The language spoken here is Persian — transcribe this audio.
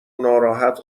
ناراحت